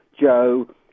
Joe